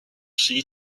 sea